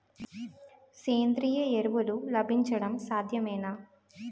సేంద్రీయ ఎరువులు లభించడం సాధ్యమేనా?